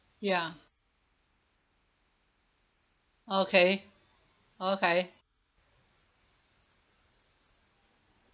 ya okay okay